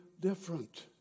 different